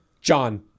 John